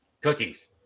cookies